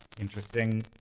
interesting